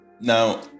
now